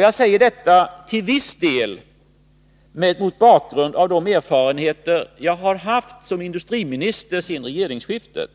Jag säger detta till viss del mot bakgrund av de erfarenheter som jag har haft som industriminister sedan regeringsskiftet.